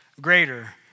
greater